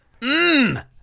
Mmm